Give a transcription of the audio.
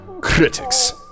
Critics